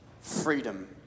freedom